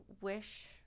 wish